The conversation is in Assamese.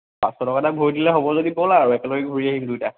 পাঁচশ টকা এটা ভৰি দিলে হ'ব যদি ব'লা আৰু একেলগে ঘূৰি আহিম দুইটা